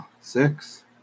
six